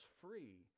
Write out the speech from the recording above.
free